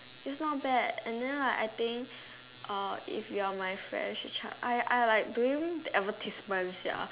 it's not bad and then like I think uh if you're my friend she charge I I like doing advertisement sia